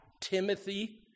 Timothy